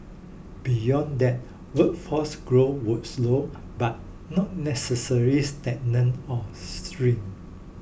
beyond that workforce growth would slow but not necessary or shrink